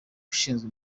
ushinzwe